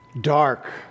dark